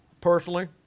Personally